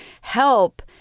help